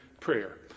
prayer